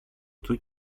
του